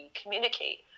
communicate